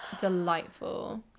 delightful